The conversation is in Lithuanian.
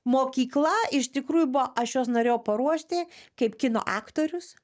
mokykla iš tikrųjų buvo aš juos norėjau paruošti kaip kino aktorius